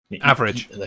Average